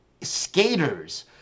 skaters